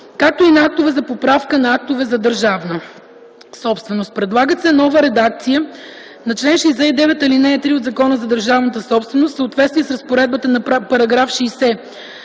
както и на актове за поправка на актове за държавна собственост. Предлага се нова редакция на чл. 69, ал. 3 от Закона за държавната собственост в съответствие с разпоредбата на § 60